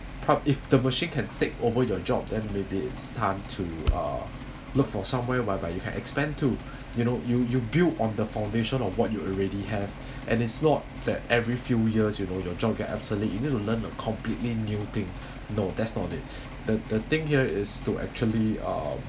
proud if the machine can take over your job then maybe it's time to uh look for somewhere whereby you can expand to you know you you build on the foundation of what you already have and it's not that every few years you know your job will get obsolete you need to learn a completely new thing no that's not it the the thing here is to actually uh